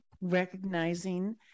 recognizing